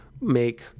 make